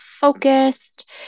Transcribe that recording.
focused